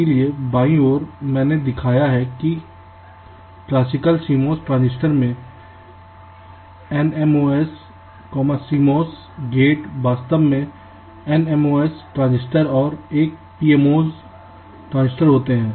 इसलिए बाईं ओर मैंने दिखाया है कि क्लासिकल CMOS ट्रांजिस्टर में NMOS CMOS गेट वास्तव में NMOS ट्रांजिस्टर और एक PMOS ट्रांजिस्टर होते हैं